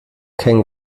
kein